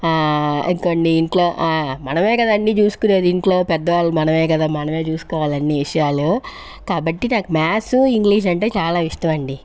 కొన్ని ఇంట్లో మనమే కదా అన్ని చూసుకునేది ఇంట్లో పెద్దవాళ్లు మనమే కదా మనమే చూసుకోవాలి అన్ని విషయాలు కాబట్టి నాకు మ్యాథ్స్ ఇంగ్లీష్ అంటే చాలా ఇష్టం అండి